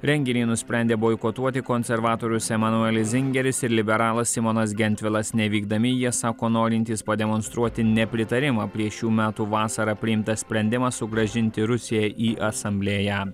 renginį nusprendė boikotuoti konservatorius emanuelis zingeris ir liberalas simonas gentvilas nevykdami jie sako norintys pademonstruoti nepritarimą prieš šių metų vasarą priimtą sprendimą sugrąžinti rusiją į asamblėją